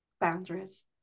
boundaries